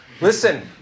Listen